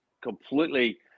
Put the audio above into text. completely